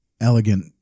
elegant